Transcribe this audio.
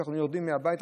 כשאנחנו יורדים מהבית,